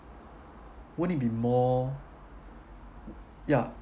won't it be more ya